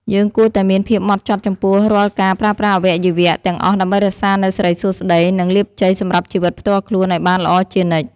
យើងគួរតែមានភាពហ្មត់ចត់ចំពោះរាល់ការប្រើប្រាស់អវយវៈទាំងអស់ដើម្បីរក្សានូវសិរីសួស្តី និង លាភជ័យសម្រាប់ជីវិតផ្ទាល់ខ្លួនឱ្យបានល្អជានិច្ច។